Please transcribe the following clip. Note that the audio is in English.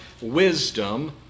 wisdom